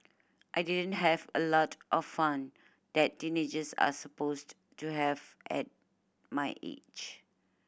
I didn't have a lot of fun that teenagers are supposed to have at my age